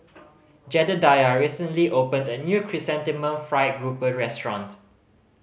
Jedediah recently opened a new Chrysanthemum Fried Grouper restaurant